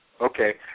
Okay